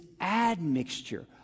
admixture